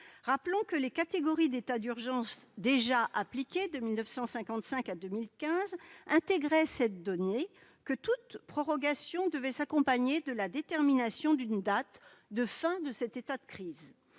Rappelons que les catégories d'état d'urgence déjà appliquées de 1955 à 2015 prévoyaient que toute prorogation devait s'accompagner de la détermination d'une date de fin de l'état de crise.